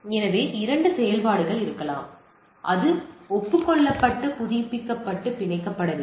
எனவே 2 செயல்பாடுகள் இருக்கலாம் அது ஒப்புக் கொள்ளப்பட்டு புதுப்பிக்கப்பட்டு பிணைக்கப்பட வேண்டும்